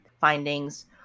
findings